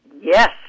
Yes